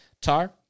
Tar